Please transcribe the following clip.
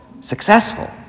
successful